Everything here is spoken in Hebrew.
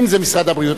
אם זה משרד הבריאות,